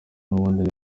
n’ubundi